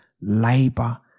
labor